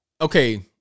okay